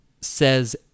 says